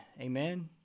Amen